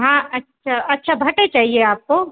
हाँ अच्छा अच्छा भटे चाहिए आपको